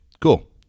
Cool